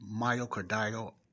myocardial